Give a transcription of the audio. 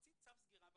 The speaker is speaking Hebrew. והוציא צו סגירה במקום.